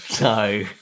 No